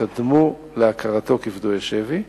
שקדמו להכרתו כפדוי שבי.